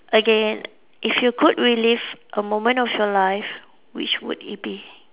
again if you could relive a moment of your life which would it be